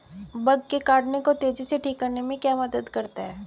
Bug के काटने को तेजी से ठीक करने में क्या मदद करता है?